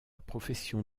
profession